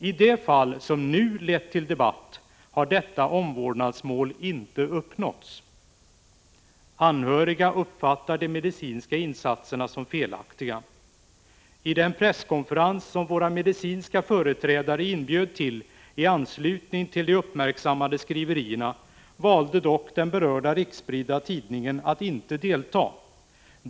I det fall som nu lett till debatt har detta omvårdnadsmål inte uppnåtts. Anhöriga uppfattar de medicinska insatserna som felaktiga. I den presskonferens som våra medicinska företrädare inbjöd till i anslutning till de uppmärksammade skriverierna, valde dock den berörda riksspridda tidningen att inte delta.